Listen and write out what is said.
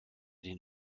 den